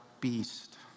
beast